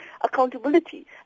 accountability